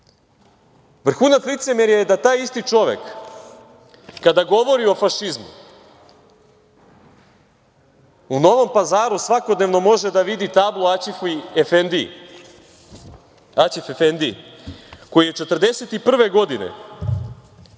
termin. Vrhunac licemerja je da taj isti čovek kada govori o fašizmu u Novom Pazaru svakodnevno može da vidi tablu Aćif Efendiji, koji je 1941. godine